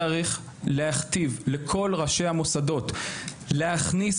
צריך להכתיב לכל ראשי המוסדות להכניס